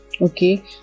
okay